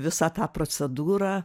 visą tą procedūrą